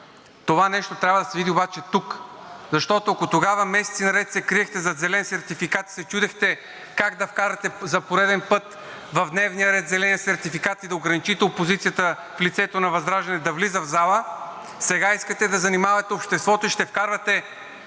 Това нещо обаче трябва да се види тук, защото, ако тогава месеци наред се криехте зад зелен сертификат и се чудехте как да вкарате за пореден път в дневния ред зеления сертификат и да ограничите опозицията в лицето на ВЪЗРАЖДАНЕ да влиза в залата, сега искате да занимавате обществото и ще вкарвате